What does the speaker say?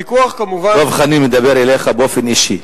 דב חנין מדבר אליך באופן אישי.